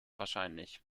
wahrscheinlich